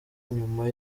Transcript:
nyuma